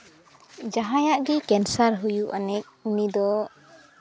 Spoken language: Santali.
ᱡᱟᱦᱟᱸᱭᱟᱜ ᱜᱮ ᱠᱮᱱᱥᱟᱨ ᱦᱩᱭᱩᱜ ᱟᱹᱱᱤᱡ ᱩᱱᱤ ᱫᱚ